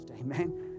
amen